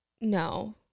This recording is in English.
No